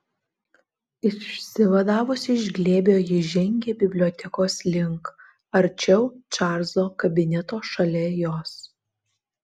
išsivadavusi iš glėbio ji žengė bibliotekos link arčiau čarlzo kabineto šalia jos